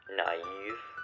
naive